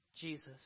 Jesus